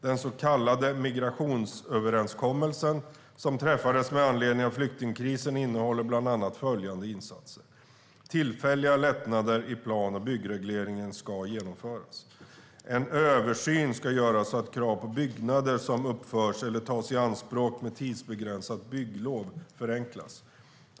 Den så kallade migrationsöverenskommelsen som träffades med anledning av flyktingkrisen innehåller bland annat följande insatser: Tillfälliga lättnader i plan och byggregleringen ska genomföras. En översyn ska göras så att krav på byggnader som uppförs eller tas i anspråk med tidsbegränsat bygglov förenklas.